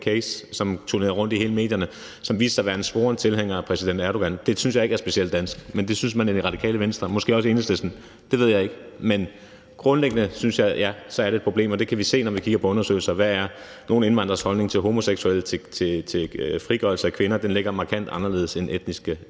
jo brugte en case, som man turnerede rundt med i alle medierne, og som viste sig at være en svoren tilhænger af præsident Erdogan. Det synes jeg ikke er specielt dansk. Men det synes man i Radikale Venstre, måske også i Enhedslisten, det ved jeg ikke. Men grundlæggende synes jeg, at ja, det er et problem, og vi kan, se når vi kigger på undersøgelser af, hvad nogle indvandreres holdninger er til homoseksuelle og til frigørelse af kvinder, så ligger de markant anderledes end etniske